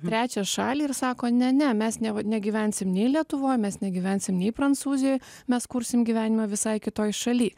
trečią šalį ir sako ne ne mes nev negyvensim nei lietuvoj mes negyvensim nei prancūzijoj mes kursim gyvenimą visai kitoj šalyj